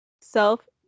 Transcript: self